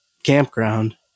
campground